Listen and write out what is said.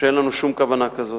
שאין לנו שום כוונה כזאת.